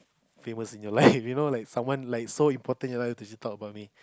they was in your life you know like someone like so important you like to see talk about me